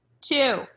two